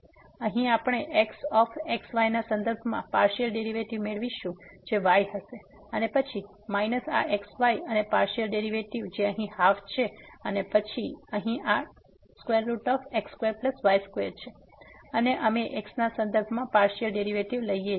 તેથી અહીં આપણે x ઓફ xy ના સંદર્ભમાં પાર્સીઅલ ડેરીવેટીવ મેળવીશું જે y હશે અને પછી માઈનસ આ x y અને પાર્સીઅલ ડેરીવેટીવ જે અહીં ½ છે અને પછી અહીં આ x2y2 છે અને અમે x ના સંદર્ભમાં પાર્સીઅલ ડેરીવેટીવ લઈએ છીએ